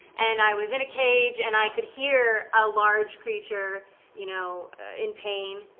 and i was in a cage and i could hear a large creature you know in pain,